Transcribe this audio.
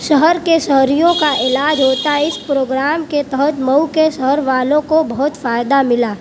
شہر کے شہریوں کا علاج ہوتا ہے اس پروگرام کے تحت مئو کے شہر والوں کو بہت فائدہ ملا